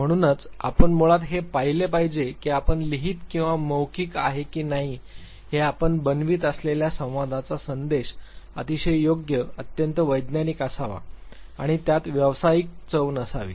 म्हणूनच आपण मुळात हे पाहिले पाहिजे की आपण लिहीत किंवा मौखिक आहे की नाही हे आपण बनवित असलेला संवादाचा संदेश अतिशय योग्य अत्यंत वैज्ञानिक असावा आणि त्यात व्यावसायिक चव असावी